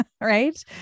Right